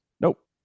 nope